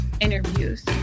interviews